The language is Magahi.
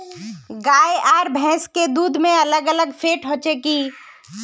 गाय आर भैंस के दूध में अलग अलग फेट होचे की?